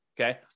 okay